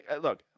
Look